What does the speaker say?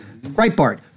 Breitbart